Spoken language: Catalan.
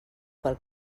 pel